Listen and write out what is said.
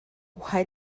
why